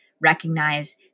recognize